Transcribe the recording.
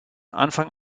anfang